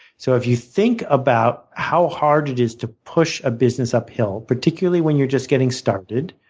so if you think about how hard it is to push a business uphill, particularly when you're just getting started,